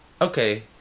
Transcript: okay